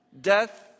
Death